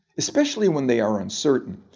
especially when they are uncertain,